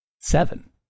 Seven